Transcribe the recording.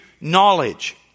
knowledge